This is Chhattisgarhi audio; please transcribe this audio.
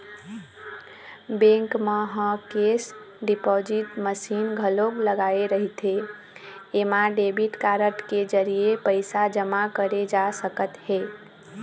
बेंक मन ह केस डिपाजिट मसीन घलोक लगाए रहिथे एमा डेबिट कारड के जरिए पइसा जमा करे जा सकत हे